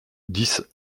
dix